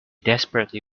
desperately